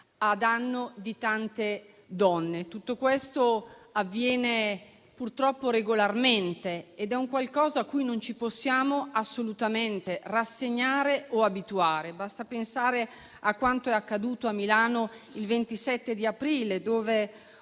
a danno di tante donne. Tutto questo avviene purtroppo regolarmente ed è qualcosa a cui non ci possiamo assolutamente rassegnare o abituare. Basta pensare a quanto è accaduto a Milano il 27 aprile,